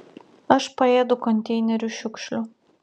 aš paėdu konteinerių šiukšlių